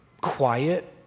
Quiet